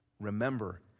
Remember